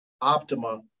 Optima